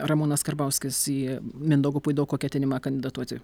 ramūnas karbauskis į mindaugo puidoko ketinimą kandidatuoti